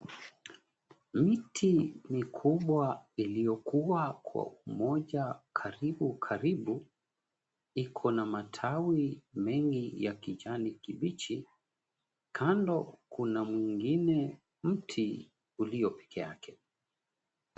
Miti mikubwa iliyokuwa kwa moja karibu karibu, iko na matawi mengi ya kijani kibichi. Kando kuna mwingine mti, ulio peke yake.